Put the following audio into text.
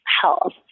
health